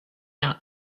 out